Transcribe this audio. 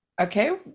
Okay